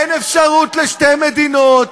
אין אפשרות לשתי מדינות.